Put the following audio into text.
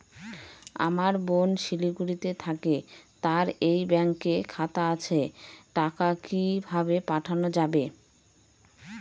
আমার বোন শিলিগুড়িতে থাকে তার এই ব্যঙকের খাতা আছে টাকা কি ভাবে পাঠানো যাবে?